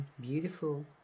beautiful